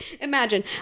imagine